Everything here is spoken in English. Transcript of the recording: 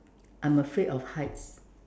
I'm afraid of heights